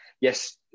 Yes